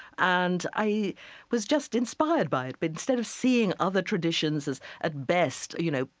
and i was just inspired by it. but instead of seeing other traditions as, at best, you know,